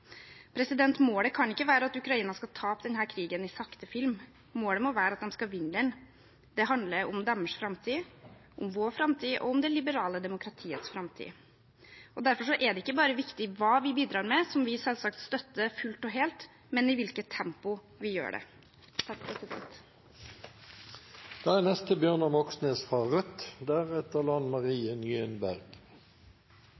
Målet kan ikke være at Ukrainas skal ta opp denne krigen i sakte film. Målet må være at de skal vinne den. Det handler om deres framtid, om vår framtid og om det liberale demokratiets framtid. Derfor er det ikke bare viktig hva vi bidrar med, som vi selvsagt støtter fullt og helt, men i hvilket tempo vi gjør det.